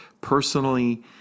personally